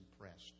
impressed